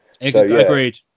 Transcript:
agreed